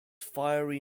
fiery